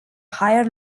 higher